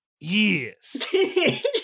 Yes